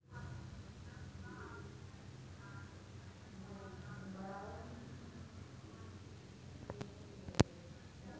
अपने बीमा का पैसा खाते में कैसे डलवाए?